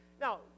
Now